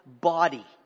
body